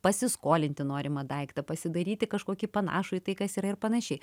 pasiskolinti norimą daiktą pasidairyti kažkokį panašų į tai kas yra ir panašiai